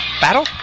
Battle